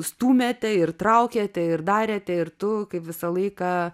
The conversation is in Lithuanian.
stūmėte ir traukėte ir darėte ir tu kaip visą laiką